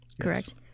correct